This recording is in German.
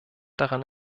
daran